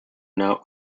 now